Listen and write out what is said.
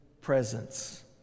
presence